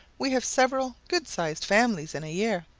we have several good-sized families in a year.